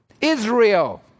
Israel